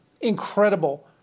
incredible